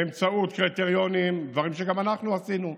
באמצעות קריטריונים, דברים שגם אנחנו עשינו,